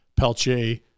Pelche